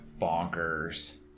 Bonkers